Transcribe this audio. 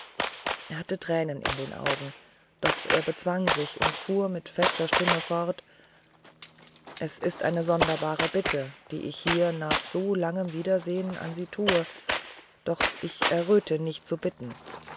er hatte tränen in den augen doch er bezwang sich und fuhr mit fester stimme fort es ist eine sonderbare bitte die ich hier nach so langem wiedersehen an sie tue doch ich erröte nicht zu bitten